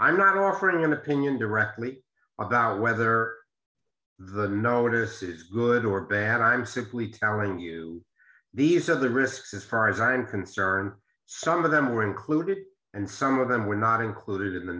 i'm not offering an opinion directly about whether the notice is good or bad and i'm simply telling you these are the risks as far as i'm concerned some of them were included and some of them were not included in the